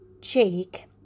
Jake